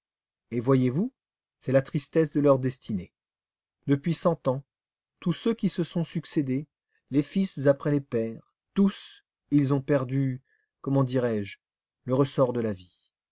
et voyez-vous c'est la tristesse de leur destinée depuis cent ans tous ceux qui se sont succédé les fils après les pères tous ils ont perdu comment dirais-je le ressort de la vie